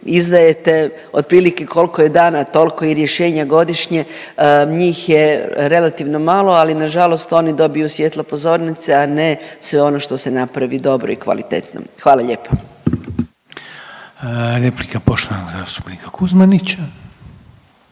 izdajete otprilike kolko je dana tolko i rješenja godišnje, njih je relativno malo, ali nažalost oni dobiju svjetlo pozornice, a ne sve ono što se napravi dobro i kvalitetno, hvala lijepo. **Reiner, Željko (HDZ)** Replika poštovanog zastupnika Kuzmanića.